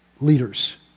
leaders